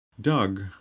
doug